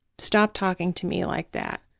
stop talking to me like that,